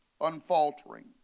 unfaltering